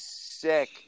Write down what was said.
sick